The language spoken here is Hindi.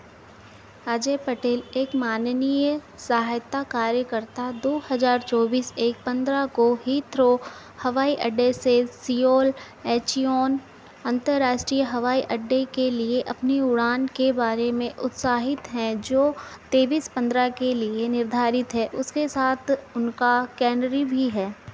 अजय पटेल एक माननीय सहायता कार्यकर्ता दो हज़ार चौबीस एक पन्द्रह को हीथ्रो हवाई अड्डे से सियोल एचियोन अंतर्राष्टीय हवाई अड्डे के लिए अपनी उड़ान के बारे में उत्साहित हैं जो तेइस पन्द्रह के लिए निर्धारित है उसके साथ उनका कैनरी भी है